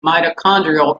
mitochondrial